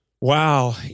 Wow